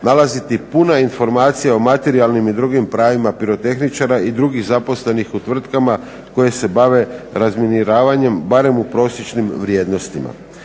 nalaziti puna informacija o materijalnim i drugim pravima pirotehničara i drugih zaposlenih u tvrtkama koje se bave razminiranjem barem u prosječnim vrijednostima.